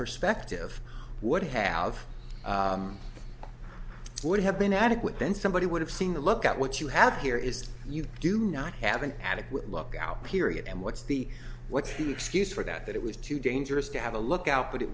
perspective would have it would have been adequate then somebody would have seen the look at what you have here is that you do not have an adequate lookout period and what's the what he excuse for that that it was too dangerous to have a lookout but it